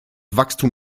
wachstum